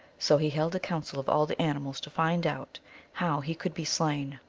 so he held a council of all the animals to find out how he could be slain.